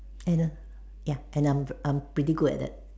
and ya and I'm I'm pretty good at that